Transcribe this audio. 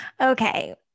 okay